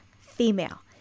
female